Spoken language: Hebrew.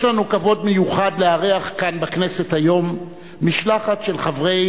יש לנו כבוד מיוחד לארח כאן בכנסת היום משלחת של חברי